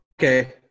okay